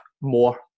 more